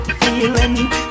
feeling